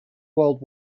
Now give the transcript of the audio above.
world